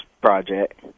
project